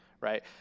right